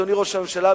אדוני ראש הממשלה,